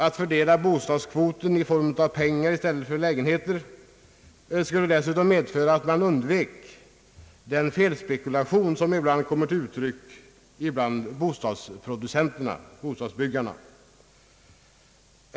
Att fördela bostadskvoten i pengar i stället för i lägenheter skulle dessutom medverka till att man undvek den felspekulation som ibland kommer till uttryck bland bostadsproducenterna.